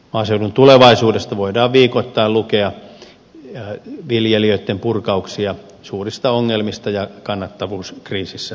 maaseudun tulevaisuudesta voidaan viikoittain lukea viljelijöitten purkauksia suurista ongelmista ja kannattavuuskriisissä pyörimisestä